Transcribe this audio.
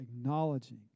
acknowledging